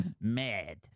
mad